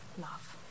love